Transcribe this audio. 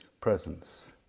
presence